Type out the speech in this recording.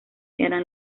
eran